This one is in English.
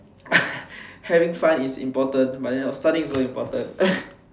having fun is important but then also studying is important